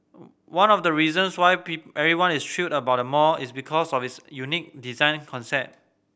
one of the reasons why everyone is thrilled about the mall is because of its unique design concept